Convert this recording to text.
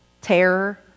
terror